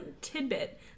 tidbit